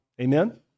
Amen